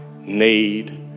need